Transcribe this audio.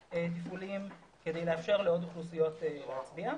גם תפעוליים כדי לאפשר לעוד אוכלוסיות להצביע.